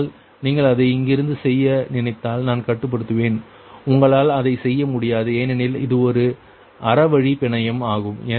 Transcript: ஆனால் நீங்கள் இதை இங்கிருந்து செய்ய நினைத்தால் நான் கட்டுப்படுத்துவேன் உங்களால் அதை செய்ய முடியாது ஏனெனில் இது ஒரு ஆரவழி பிணையம் ஆகும்